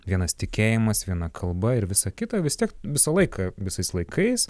vienas tikėjimas viena kalba ir visa kita vis tiek visą laiką visais laikais